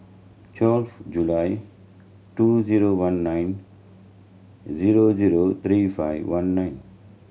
twelve July two zero one nine zero zero three five one nine